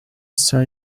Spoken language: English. sell